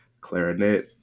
clarinet